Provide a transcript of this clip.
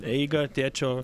eigą tėčio